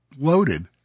loaded